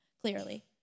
clearly